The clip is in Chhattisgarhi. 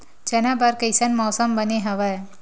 चना बर कइसन मौसम बने हवय?